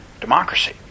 democracy